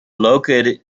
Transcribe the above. located